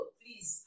please